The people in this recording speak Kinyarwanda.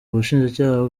ubushinjacyaha